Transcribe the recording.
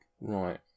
Right